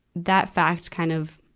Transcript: that fact kind of,